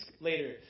later